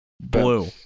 Blue